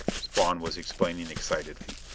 spawn was explaining excitedly.